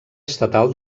estatal